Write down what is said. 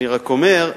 אני רק אומר: